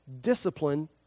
discipline